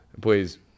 Please